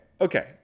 okay